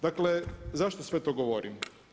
Dakle, zašto sve to govorim?